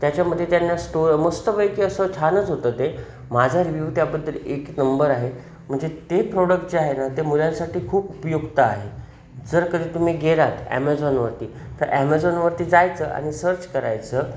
त्याच्यामध्ये त्यांना स्टो मस्तपैकी असं छानच होतं ते माझा रिव्यू त्याबद्दल एक नंबर आहे म्हणजे ते प्रोडक्ट जे आहे ना ते मुलांसाठी खूप उपयुक्त आहे जर कधी तुम्ही गेलात ॲमेझॉनवरती तर ॲमेझॉनवरती जायचं आणि सर्च करायचं